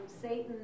Satan